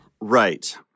Right